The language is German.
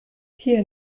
hier